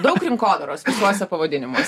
daug rinkodaros visuose pavadinimuose